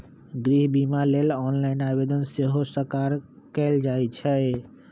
गृह बिमा लेल ऑनलाइन आवेदन सेहो सकार कएल जाइ छइ